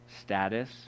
Status